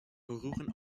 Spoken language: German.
berühren